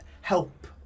help